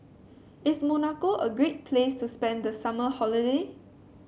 is Monaco a great place to spend the summer holiday